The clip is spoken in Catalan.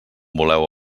voleu